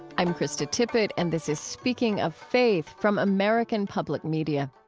i'm krista tippett, and this is speaking of faith from american public media.